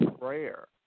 prayer